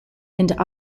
and